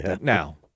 Now